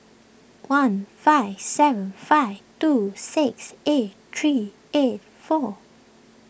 one five seven five two six eight three eight four